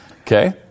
Okay